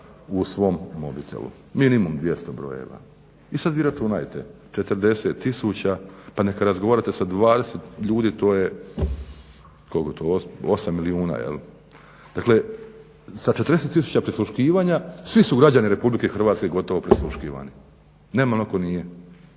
u svom mobitelu, minimalno 200 brojeva i sad vi računajte 40 tisuća pa neka razgovarate sa 20 ljudi to je koliko, osam milijuna. Dakle, sa 40 tisuća prisluškivanja, svi su građani RH gotovo prisluškivani, nema onog